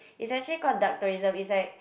is actually called dark tourism it's like